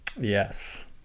Yes